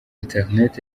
internet